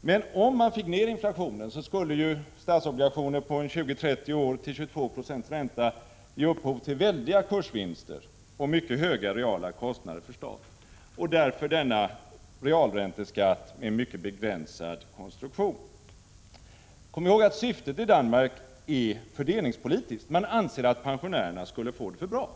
Men om man fick ner inflationen, skulle ju statsobligationer med en löptid på 20-30 år till 22 90 ränta ge upphov till väldiga kursvinster och mycket höga reala kostnader för staten. Därav följer denna realränteskatt med mycket begränsad konstruktion. Kom ihåg att syftet i Danmark är fördelningspolitiskt! Man anser att pensionärerna annars skulle få det för bra.